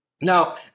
Now